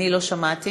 אני לא שמעתי.